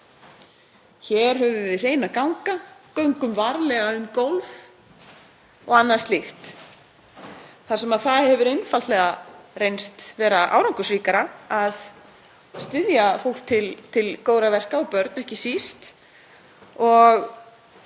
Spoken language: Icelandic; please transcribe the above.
Hér höfum við hreina ganga, göngum varlega um gólf og annað slíkt, þar sem það hefur einfaldlega reynst vera árangursríkara að styðja fólk til góðra verka og börn ekki síst, og